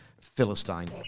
philistine